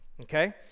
okay